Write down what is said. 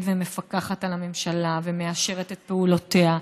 ומפקחת על הממשלה ומאשרת את פעולותיה.